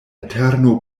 interno